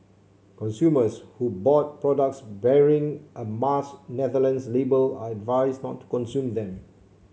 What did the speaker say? consumers who bought products bearing a Mars Netherlands label are advised not to consume them